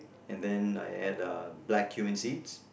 and then I add uh black cumin seeds